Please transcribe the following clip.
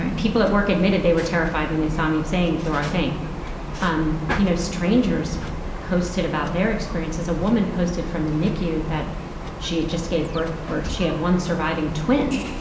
people at work admitted they were terrified, when they saw me, of saying the wrong thing um you know strangers posted about their experiences. a woman posted from the nicu that she just gave birth or she had one surviving twin,